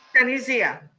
sunny zia.